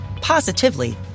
positively